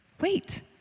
Wait